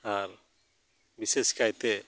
ᱟᱨ ᱵᱤᱥᱮᱥ ᱠᱟᱭᱛᱮ